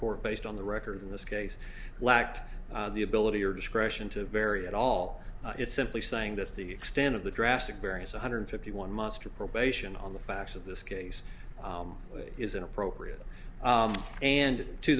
court based on the record in this case lacked the ability or discretion to vary at all it simply saying that the extent of the drastic various one hundred fifty one muster probation on the facts of this case is inappropriate and to